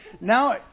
now